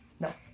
No